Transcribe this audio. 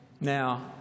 Now